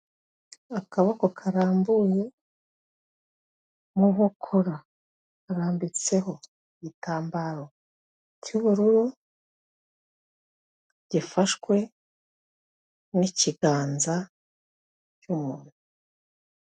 Akaboko karambuye mu nkokora, harambitseho igitambaro cy'ubururu gifashwe n'ikiganza cy'umuntu.